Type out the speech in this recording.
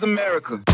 America